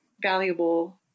valuable